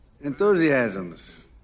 Enthusiasms